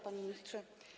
Panie Ministrze!